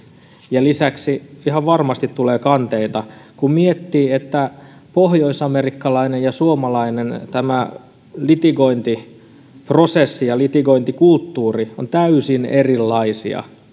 ja lisäksi ihan varmasti tulee kanteita kun miettii että pohjoisamerikkalainen ja suomalainen litigointiprosessi ja litigointikulttuuri ovat täysin erilaisia